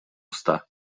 уста